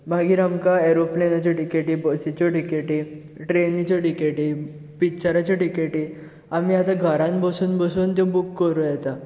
मागीर आमकां एरोप्लेनाच्यो टिकेटी बसीच्यो टिकेटी ट्रेनीच्यो टिकेटी पिक्चराच्यो टिकेटी आमी आतां घरांत बसून बसून त्यो बूक करुं येतात